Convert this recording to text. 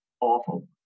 awful